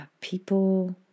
people